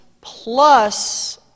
plus